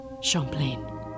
Champlain